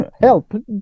Help